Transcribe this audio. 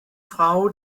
frau